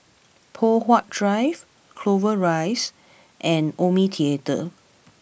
Poh Huat Drive Clover Rise and Omni Theatre